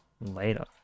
later